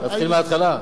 להתחיל מההתחלה?